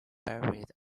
buried